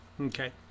Okay